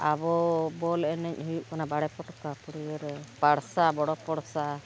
ᱟᱵᱚ ᱵᱚᱞ ᱮᱱᱮᱡ ᱦᱩᱭᱩᱜ ᱠᱟᱱᱟ ᱵᱟᱲᱮ ᱯᱚᱴᱚᱠᱟ ᱯᱩᱨᱭᱟᱹᱨᱮ ᱯᱟᱲᱥᱟ ᱵᱚᱲᱚ ᱯᱚᱲᱥᱟ